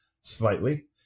slightly